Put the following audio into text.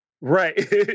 Right